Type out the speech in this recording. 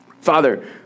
Father